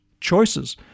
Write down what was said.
choices